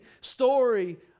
story